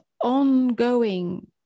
ongoing